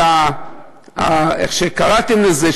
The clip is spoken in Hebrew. איך קראתם לזה,